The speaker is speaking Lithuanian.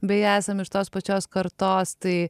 beje esam iš tos pačios kartos tai